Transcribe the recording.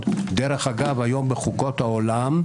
הזאת וגם בוועדות אחרות; אגב תיקונים מאוד משמעותיים,